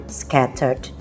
scattered